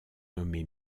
nommé